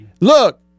look